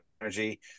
energy